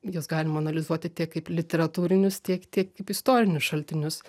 juos galima analizuoti tiek kaip literatūrinius tiek tiek kaip istorinius šaltinius